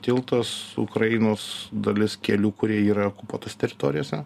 tiltas ukrainos dalis kelių kurie yra okupuotose teritorijose